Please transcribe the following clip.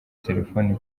telefone